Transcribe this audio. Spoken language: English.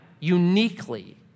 uniquely